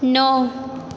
नओ